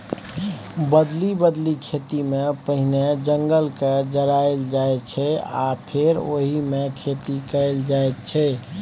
बदलि बदलि खेतीमे पहिने जंगलकेँ जराएल जाइ छै आ फेर ओहिमे खेती कएल जाइत छै